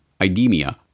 IDEMIA